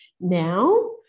now